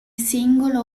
singolo